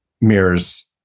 mirrors